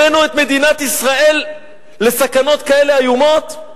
הבאנו את מדינת ישראל לסכנות כאלה איומות?